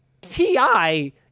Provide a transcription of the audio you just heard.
Ti